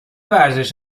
ورزش